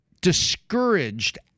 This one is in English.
discouraged